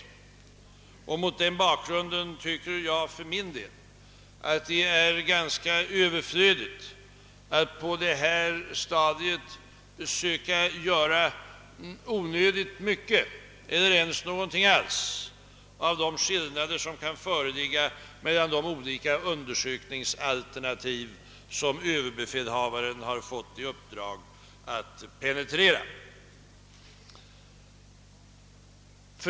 Mot den bakgrunden tycker jag för min del att det är ganska överflödigt att på detta stadium söka göra så mycket eller ens någonting alls av de skillnader som kan föreligga mellan de olika undersökningsalternativ som överbefälhavaren har fått i uppdrag att penetrera.